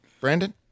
Brandon